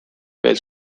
veel